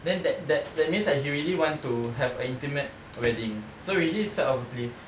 then that that that means right he really want to have a intimate wedding so with his side of place